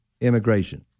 immigration